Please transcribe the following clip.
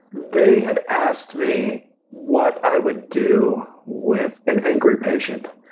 they had asked me what i would do with an angry patient,